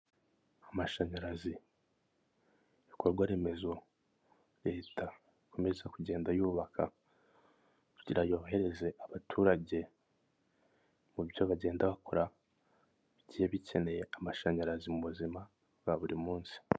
Amashanyarazi, ibikorwa remezo Leta ikomeza kugenda yubaka kugira ngo yohereze abaturage mu byo bagenda bakora bigiye bikeneye amashanyarazi mu buzima bwa buri munsi.